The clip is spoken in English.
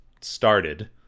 started